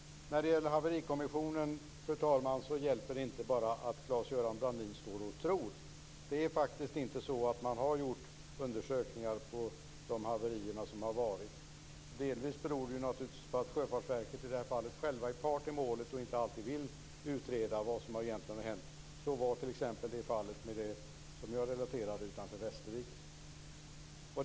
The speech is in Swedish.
När det gäller haverikommissionen hjälper det inte att Claes-Göran Brandin tror. Man har faktiskt inte gjort undersökningar av de haverier som har varit. Delvis beror det naturligtvis på att Sjöfartsverket i det här fallet självt är part i målet och inte alltid vill utreda vad som egentligen har hänt. Så var det t.ex. i det fall utanför Västervik som jag relaterade till.